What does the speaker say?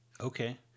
Okay